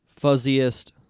fuzziest